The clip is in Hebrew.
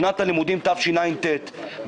הלימודים תשע"ט.